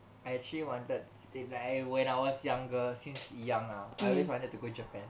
I actually wanted to like when I was younger since young lah I always wanted to go japan